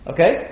Okay